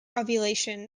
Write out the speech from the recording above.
ovulation